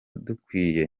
dukwiye